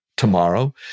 Tomorrow